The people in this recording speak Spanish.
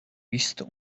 visto